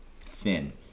thin